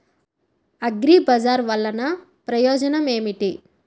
అగ్రిబజార్ వల్లన ప్రయోజనం ఏమిటీ?